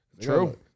True